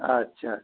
আচ্ছা